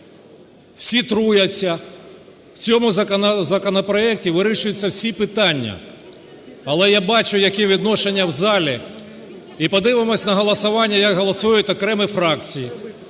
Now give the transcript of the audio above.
Всі труяться. В цьому законопроекті вирішуються всі питання. Але я бачу, яке відношення в залі. І подивимось на голосування, як голосують окремі фракції